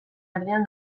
erdian